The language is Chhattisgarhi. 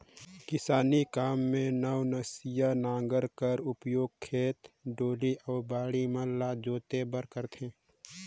किसानी काम मे नवनसिया नांगर कर उपियोग खेत, डोली अउ बाड़ी मन ल जोते बर करथे